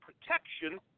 protection